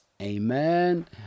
Amen